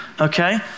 Okay